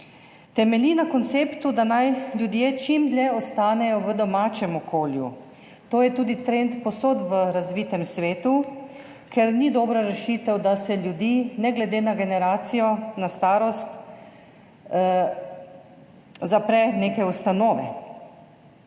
Temelji na konceptu, da naj ljudje čim dlje ostanejo v domačem okolju, to je tudi trend povsod v razvitem svetu, ker ni dobra rešitev, da se ljudi, ne glede na generacijo, na starost zapre neke ustanove.